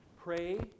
pray